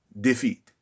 defeat